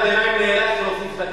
חבר הכנסת אפללו, אתה שאלת שאלה.